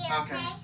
okay